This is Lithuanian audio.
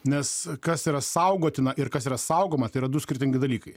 nes kas yra saugotina ir kas yra saugoma tai yra du skirtingi dalykai